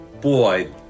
boy